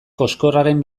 koxkorraren